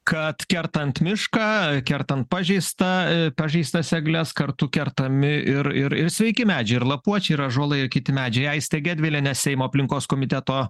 kad kertant mišką kertant pažeistą pažeistas egles kartu kertami ir ir ir sveiki medžiai ir lapuočiai ąžuolai ir kiti medžiai aistė gedvilienė seimo aplinkos komiteto